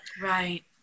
right